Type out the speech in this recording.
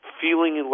feeling